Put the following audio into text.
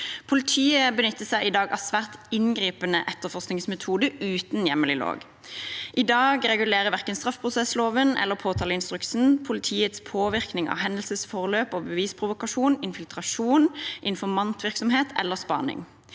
Politiet benytter seg i dag av svært inngripende etterforskningsmetoder uten hjemmel i lov. I dag regulerer verken straffeprosessloven eller påtaleinstruksen politiets påvirkning på hendelsesforløp og bevisprovokasjon, infiltrasjon, informantvirksomhet eller spaning.